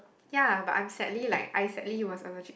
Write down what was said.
ya but I'm sadly like I sadly was allergy